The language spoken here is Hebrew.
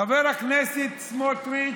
חבר הכנסת סמוטריץ'